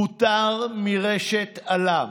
פוטר מרשת א.ל.מ.